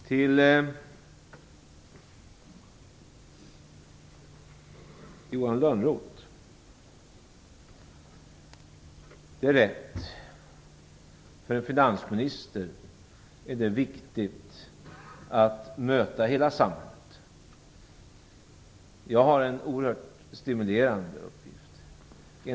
Till Johan Lönnroth vill jag säga att det är riktigt att det för en finansminister är viktigt att möta hela samhället. Jag har en oerhört stimulerande uppgift.